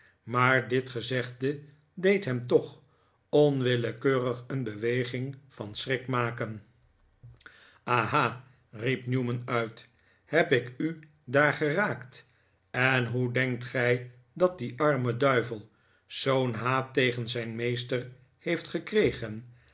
newman uit heb ik u daar geraakt en hoe denkt gij dat die arme duivel zoo'n haat tegen zijn meester heeft gekregen